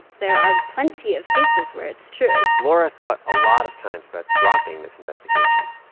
there are plenty of cases where it's true laura thought a lot of times about dropping this investigation.